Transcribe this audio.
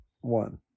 one